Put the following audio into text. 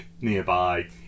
nearby